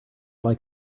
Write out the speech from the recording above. like